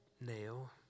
nail